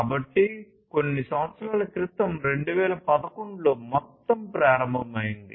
కాబట్టి కొన్ని సంవత్సరాల క్రితం 2011 లో మొత్తం ప్రారంభమైంది